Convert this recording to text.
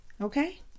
Okay